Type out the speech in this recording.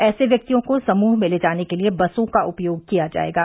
ऐसे व्यक्तियों को समूह में ले जाने के लिए बसों का उपयोग किया जायेगा